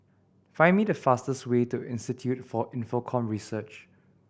find the fastest way to Institute for Infocomm Research